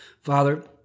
Father